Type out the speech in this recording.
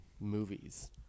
movies